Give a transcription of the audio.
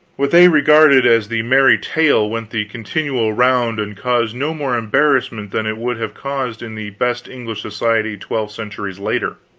what they regarded as the merry tale went the continual round and caused no more embarrassment than it would have caused in the best english society twelve centuries later.